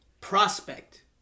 Prospect